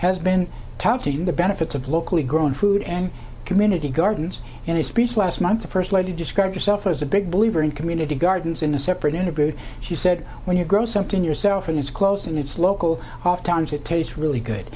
has been touting the benefits of locally grown food and community gardens in a speech last month the first lady described herself as a big believer in community gardens in a separate interview she said when you grow something yourself and it's close and it's local oft times it tastes really good